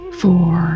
four